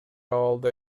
абалда